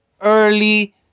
early